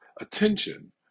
attention